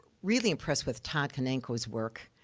really impressed with todd kaneko's work,